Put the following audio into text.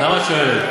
למה את שואלת?